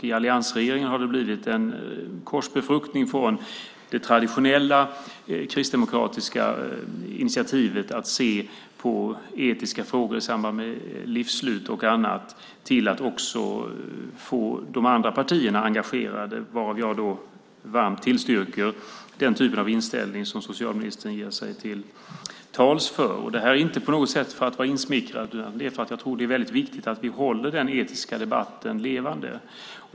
I alliansregeringen har det blivit en korsbefruktning från det traditionella kristdemokratiska initiativet att se på etiska frågor i samband med livsslut och annat till att också få de andra partierna engagerade. Jag tillstyrker varmt den typen av inställning som socialministern talar om. Detta säger jag inte för att vara insmickrande utan för att jag tror att det är väldigt viktigt att vi håller denna etiska debatt levande.